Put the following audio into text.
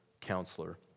counselor